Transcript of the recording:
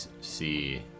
see